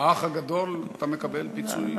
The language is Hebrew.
ב"אח הגדול" אתה מקבל פיצוי,